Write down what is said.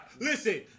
Listen